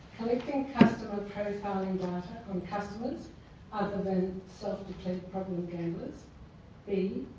collecting customer profiling data on customers other than self declared problem gamblers b.